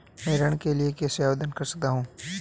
मैं ऋण के लिए कैसे आवेदन कर सकता हूं?